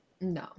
No